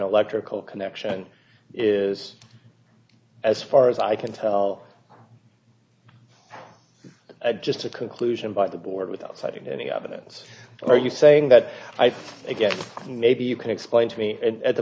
electrical connection is as far as i can tell just a conclusion by the board without touching any evidence are you saying that again maybe you can explain to me at the